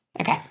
Okay